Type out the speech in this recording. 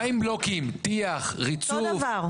מה עם בלוקים, טיח, ריצוף.